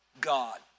God